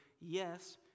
yes